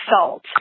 salt